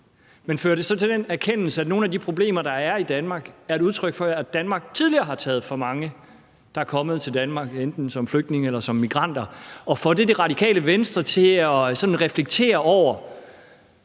Men fører det så til den erkendelse, at nogle af de problemer, der er i Danmark, er et udtryk for, at Danmark tidligere har taget for mange, der er kommet til Danmark enten som flygtninge eller som migranter? Og får det Radikale Venstre til sådan at reflektere over